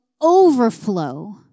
overflow